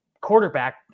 quarterback